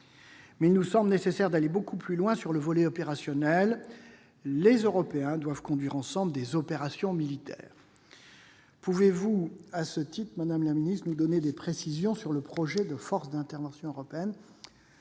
Il nous semble nécessaire d'aller beaucoup plus loin sur le volet opérationnel. Les Européens doivent conduire ensemble des opérations militaires. À cet égard, madame la ministre, pouvez-vous nous donner des précisions sur le projet de force d'intervention européenne